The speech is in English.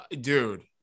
Dude